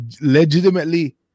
legitimately